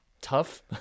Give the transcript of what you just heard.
tough